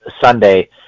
Sunday